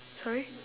sorry